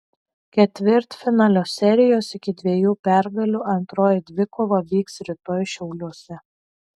ketvirtfinalio serijos iki dviejų pergalių antroji dvikova vyks rytoj šiauliuose